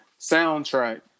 soundtrack